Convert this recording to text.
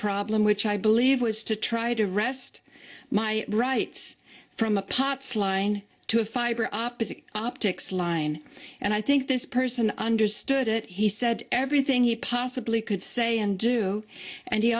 problem which i believe was to try to wrest my rights from a pots line to a fiber optics line and i think this person understood it he said everything he possibly could say and do and he